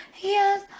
yes